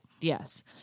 Yes